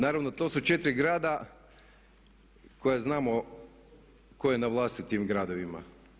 Naravno to su 4 grada koja znamo tko je na vlasti u tim gradovima.